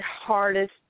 hardest